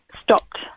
stopped